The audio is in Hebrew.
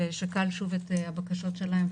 ושקל שוב את הבקשות שלהן.